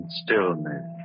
stillness